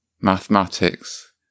mathematics